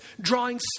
drawing